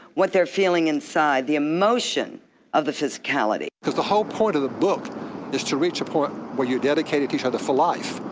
what they're feeling inside, the emotion of the physicality. cause the whole point of the book is to reach a point where you're dedicated to each other for life,